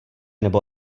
nebo